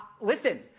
Listen